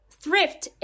thrift